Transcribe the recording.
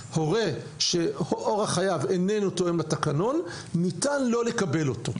הורה שאורח חייו איננו תואם לתקנון ניתן לא לקבל אותו.